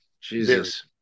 Jesus